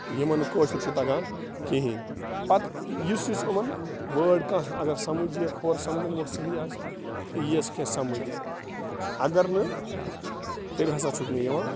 یِمَن نہٕ کٲشُر چھُ تَگان کِہیٖنۍ پَتہٕ یُس یُس یِمَن وٲڈ کانٛہہ اگر سمٕجھ یِیَکھ ہور سَمجھن وول صحیح آسہِ تہٕ یِیَس کینٛہہ سَمٕجھ اگر نہٕ تیٚلہِ ہَسا چھُکھ نہٕ یِوان